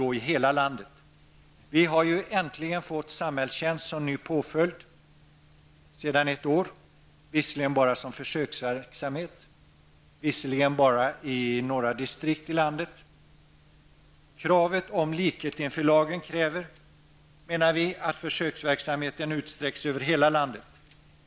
Vi har ju för ett år sedan äntligen fått samhällstjänst som ny påföljd, visserligen bara som försöksverksamhet och visserligen bara i några distrikt i landet. Principen om likheten inför lagen kräver, menar vi, att försöksverksamheten utsträcks över hela landet.